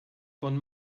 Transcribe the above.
von